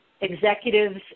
executives